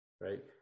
Right